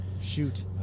Shoot